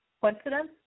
Coincidence